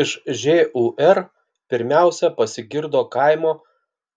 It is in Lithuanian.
iš žūr pirmiausia pasigirdo kaimo